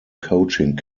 coaching